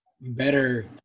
better